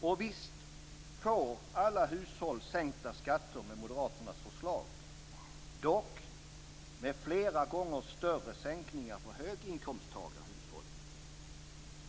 Och visst får alla hushåll sänkta skatter med moderaternas förslag, dock flera gånger större sänkningar för höginkomsttagarhushållen.